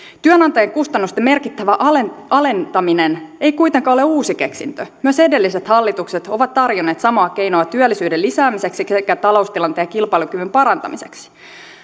työnantajakustannusten merkittävä alentaminen ei kuitenkaan ole uusi keksintö myös edelliset hallitukset ovat tarjonneet samaa keinoa työllisyyden lisäämiseksi sekä taloustilanteen ja kilpailukyvyn parantamiseksi